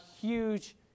huge